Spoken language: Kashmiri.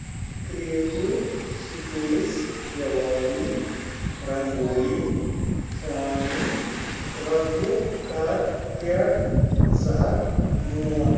کرٛییٹِو سپیس دیٖوالی رنٛگولی چھٲنۍ رۄپیہِ کَر ایڈ زٕ ہَتھ مول